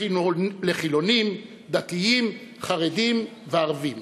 לחילונים, לדתיים, לחרדים ולערבים.